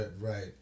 Right